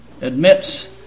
admits